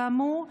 כאמור,